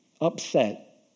upset